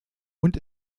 und